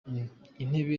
intebe